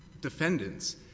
defendants